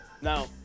now